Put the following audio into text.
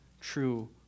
true